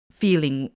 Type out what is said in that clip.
feeling